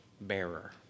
bearer